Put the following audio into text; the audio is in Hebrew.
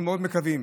אנחנו מאוד מקווים,